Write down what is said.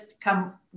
come